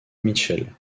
michele